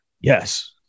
Yes